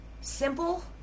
simple